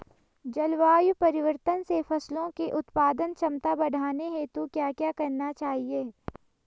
जलवायु परिवर्तन से फसलों की उत्पादन क्षमता बढ़ाने हेतु क्या क्या करना चाहिए?